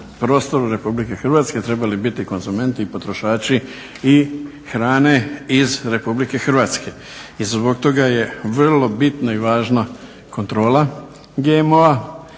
prostoru RH trebali biti konzumenti i potrošači i hrane iz RH. I zbog toga je vrlo bitna i važna kontrola GMO-a